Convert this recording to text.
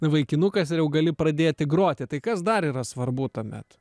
vaikinukas ir jau gali pradėti groti tai kas dar yra svarbu tuomet